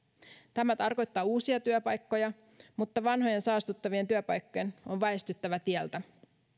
tämä tarkoittaa uusia työpaikkoja mutta vanhojen saastuttavien työpaikkojen on väistyttävä tieltä